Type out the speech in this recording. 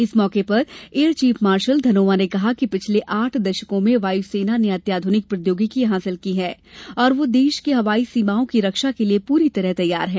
इस मौके पर एयर चीफ मार्शल धनोआ ने कहा कि पिछले आठ दशकों में वायु सेना ने अत्याधुनिक प्रौद्योगिकी हासिल की है और वह देश की हवाई सीमाओं की रक्षा के लिए पूरी तरह तैयार है